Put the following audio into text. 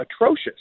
atrocious